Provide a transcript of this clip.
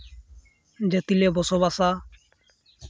ᱡᱟᱹᱛᱤᱞᱮ ᱵᱚᱥᱚᱵᱟᱥᱼᱟ